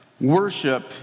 worship